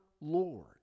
Lord